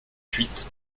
huit